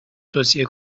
توصیه